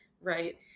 right